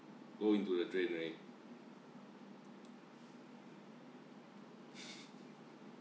go into the drain already